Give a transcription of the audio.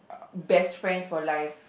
best friends for life